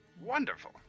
Wonderful